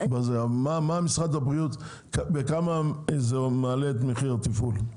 מה משרד הבריאות, בכמה זה מעלה את מחיר התפעול?